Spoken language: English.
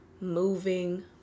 moving